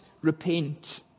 repent